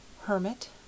Hermit